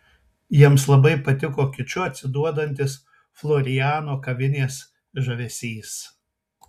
jiems labai patiko kiču atsiduodantis floriano kavinės žavesys